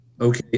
Okay